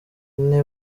ine